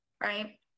Right